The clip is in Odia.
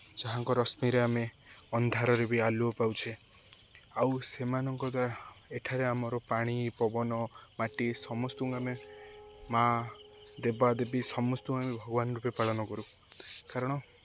ଯାହାଙ୍କ ରଶ୍ମିରେ ଆମେ ଅନ୍ଧାରରେ ବି ଆଲୁଅ ପାଉଛେ ଆଉ ସେମାନଙ୍କ ଦ୍ୱାରା ଏଠାରେ ଆମର ପାଣି ପବନ ମାଟି ସମସ୍ତଙ୍କୁ ଆମେ ମା' ଦେବାଦେବୀ ସମସ୍ତଙ୍କୁ ଆମେ ଭଗବାନ ରୂପେ ପାଳନ କରୁ କାରଣ